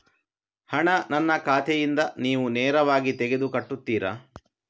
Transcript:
ಹಣ ನನ್ನ ಖಾತೆಯಿಂದ ನೀವು ನೇರವಾಗಿ ತೆಗೆದು ಕಟ್ಟುತ್ತೀರ?